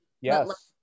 Yes